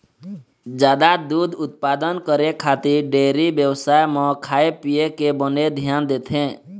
जादा दूद उत्पादन करे खातिर डेयरी बेवसाय म खाए पिए के बने धियान देथे